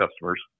customers